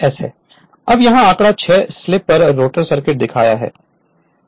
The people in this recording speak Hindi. Refer Slide Time 2705 अब यह आंकड़ा 6 स्लिप पर रोटर सर्किट दिखाता है